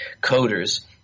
coders